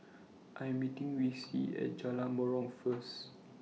I Am meeting Reece At Jalan Menarong First